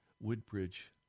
Woodbridge